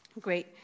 Great